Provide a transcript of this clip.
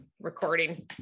recording